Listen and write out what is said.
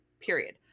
period